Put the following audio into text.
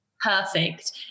perfect